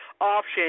option